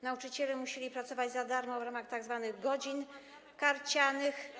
Nauczyciele musieli pracować za darmo w ramach tzw. godzin karcianych.